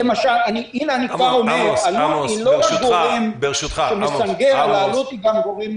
אני לא רק גורם שמסנגר אלא גם גורם מתפעל,